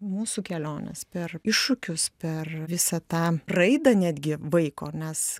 mūsų kelionės per iššūkius per visą tą raidą netgi vaiko nes